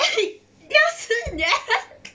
你要吃